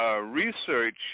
research